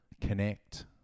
connect